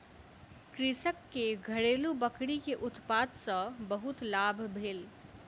कृषक के घरेलु बकरी के उत्पाद सॅ बहुत लाभ भेल